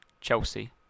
Chelsea